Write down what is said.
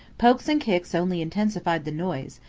pokes and kicks only intensified the noise,